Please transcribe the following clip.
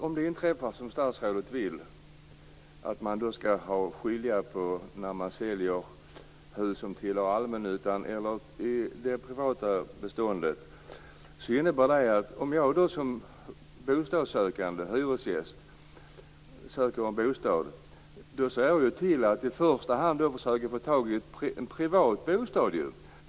Om det inträffar som statsrådet vill, att man skall skilja på när man säljer hus som tillhör allmännyttan eller det privata beståndet, så innebär ju det att jag som bostadssökande i första hand ser till att försöka få tag på en privat bostad.